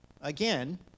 again